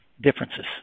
differences